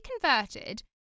converted